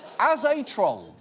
as a troll,